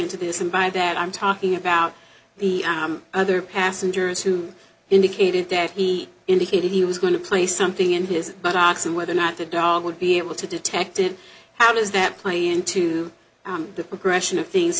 into this and by that i'm talking about the other passengers who indicated that he indicated he was going to play something in his but oxon whether or not the dog would be able to detect it how does that play into the progression of things